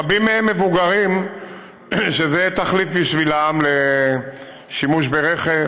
רבים מהם מבוגרים, וזה תחליף בשבילם לשימוש ברכב